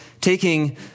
taking